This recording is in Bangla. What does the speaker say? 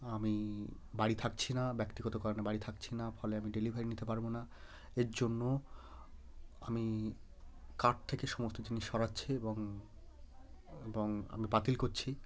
আমি বাড়ি থাকছি না ব্যক্তিগত কারণে বাড়ি থাকছি না ফলে আমি ডেলিভারি নিতে পারব না এর জন্য আমি কার্ট থেকে সমস্ত জিনিস সরাচ্ছি এবং এবং আমি বাতিল করছি